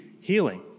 healing